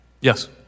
Yes